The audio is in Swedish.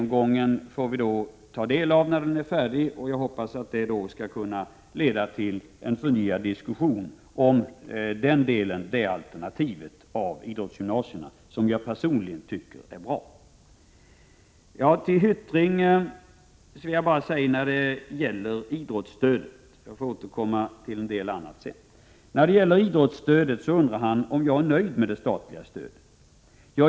Vi får ta del av den när den är färdig, och jag hoppas det skall leda till förnyad diskussion om det alternativet, som jag personligen tycker är bra. Till Jan Hyttring vill jag bara säga något om idrottsstödet — jag får återkomma till andra frågor senare. Han undrar om jag är nöjd med det statliga stödet.